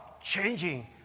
changing